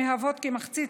המהוות כמחצית